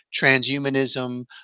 transhumanism